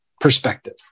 perspective